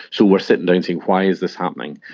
so we are sitting down saying why is this happening,